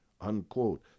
Unquote